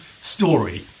story